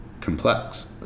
complex